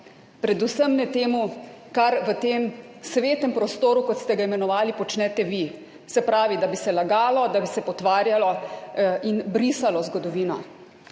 Predvsem ne temu, kar v tem svetem prostoru, kot ste ga imenovali, počnete vi, se pravi, da bi se lagalo, da bi se potvarjalo in brisalo zgodovino.